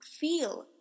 feel